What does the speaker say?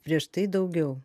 prieš tai daugiau